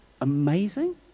amazing